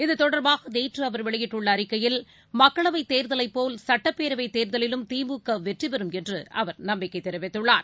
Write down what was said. இதுதொடர்பாகநேற்றுஅவர் வெளியிட்டுள்ளஅறிக்கையில் மக்களவைத் தேர்தலைப்போல் சட்டப்பேரவைதேர்தலிலும் திமுகவெற்றிபெறும் என்றுநம்பிக்கைதெரிவித்துள்ளார்